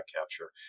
capture